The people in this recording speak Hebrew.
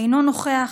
אינו נוכח,